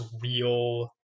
real